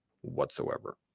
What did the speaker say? whatsoever